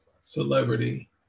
Celebrity